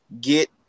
get